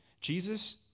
Jesus